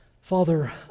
Father